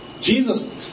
Jesus